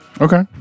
Okay